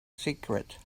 secret